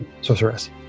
Sorceress